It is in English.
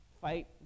fight